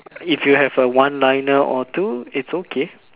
if you have a one liner or two it's okay